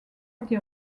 été